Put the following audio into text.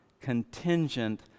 contingent